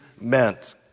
meant